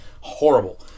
Horrible